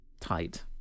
tight